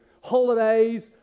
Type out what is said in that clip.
holidays